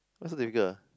why so difficult ah